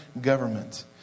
government